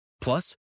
Plus